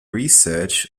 research